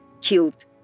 killed